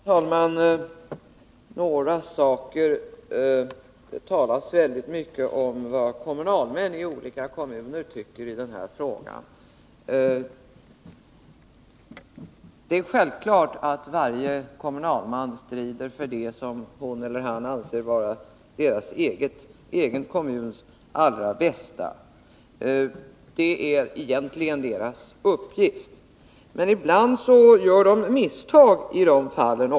Herr talman! Jag skall ta upp några saker. Det talas väldigt mycket om vad kommunalmän i olika kommuner tycker i den här frågan. Det är självklart att varje kommunalman strider för det som hon eller han anser vara den egna kommunens allra bästa. Det är egentligen deras uppgift. Men ibland gör de misstag också i de fallen.